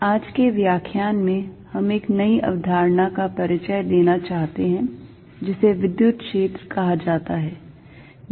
आज के व्याख्यान में हम एक नई अवधारणा का परिचय देना चाहते हैं जिसे विद्युत क्षेत्र कहा जाता है